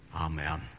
Amen